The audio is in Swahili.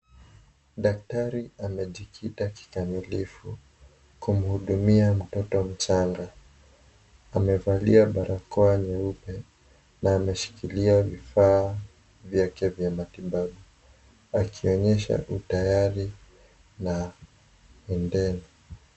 Daktari amejikita kikamilifu kumhudumia mtoto mchanga. Amevalia barakoa nyeupe, na ameshikilia vifaa vyake vya matibabu akionyesha utayari na undeni.